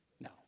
No